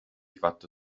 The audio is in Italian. fatto